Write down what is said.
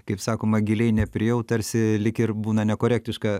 kaip sakoma giliai nepriėjau tarsi lyg ir būna nekorektiška